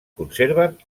conserven